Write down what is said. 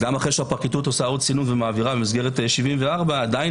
גם אחרי שהפרקליטות עושה עוד סינון ומעבירה במסגרת 74 עדיין